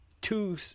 two